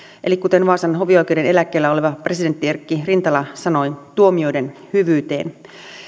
eli kuten vaasan hovioikeuden eläkkeellä oleva presidentti erkki rintala sanoi tuomioiden hyvyyteen